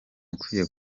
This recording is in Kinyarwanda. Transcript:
ukwiye